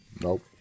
Nope